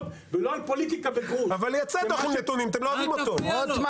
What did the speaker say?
ולא על פוליטיקה בגרוש --- אבל הוצאתם נתונים אתם לא --- רוטמן,